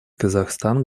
казахстан